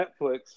Netflix